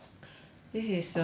this is a